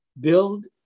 build